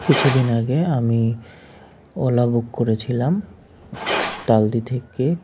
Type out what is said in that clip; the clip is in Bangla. কিছু দিন আগে আমি ওলা বুক করেছিলাম তালদি থেকে